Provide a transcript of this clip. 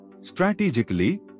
Strategically